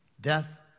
death